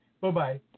Bye-bye